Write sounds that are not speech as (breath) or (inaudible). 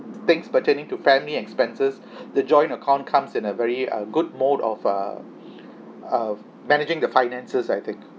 things pertaining to family expenses (breath) the joint account comes in a very uh good mode of uh (breath) of managing the finances I think